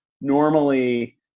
normally